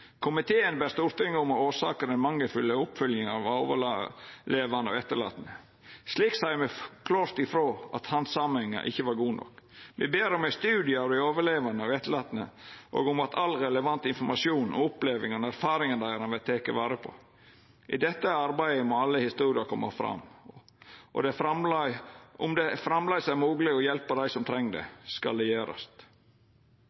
Komiteen ber Stortinget om å orsaka den mangelfulle oppfylginga av dei overlevande og etterlatne. Slik seier me klårt ifrå om at handsaminga ikkje var god nok. Vi ber om ei studie om dei overlevande og etterlatne, og om at all relevant informasjon om opplevingane og erfaringane deira vert tekne vare på. I dette arbeidet må alle historier koma fram, og om det framleis er mogleg å hjelpa dei som treng det,